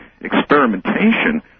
experimentation